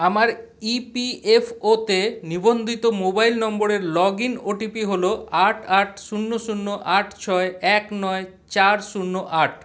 আমার E P F ওতে নিবন্ধিত মোবাইল নম্বরের লগ ইন ওটিপি হলো আট আট শূন্য শূন্য আট ছয় এক নয় চার শূন্য আট